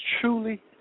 truly